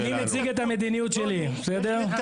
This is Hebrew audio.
אני מציג את המדיניות שלי, בסדר?